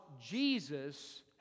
Jesus